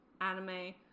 anime